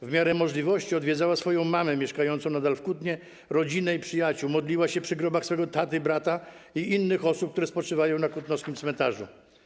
W miarę możliwości odwiedzała mamę mieszkającą nadal w Kutnie, rodzinę i przyjaciół, modliła się przy grobach taty, brata i innych osób, które spoczywają na kutnowskim cmentarzu.